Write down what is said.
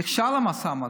נכשל המשא ומתן.